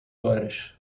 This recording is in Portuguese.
horas